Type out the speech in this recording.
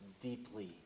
deeply